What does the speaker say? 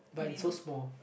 but it's so small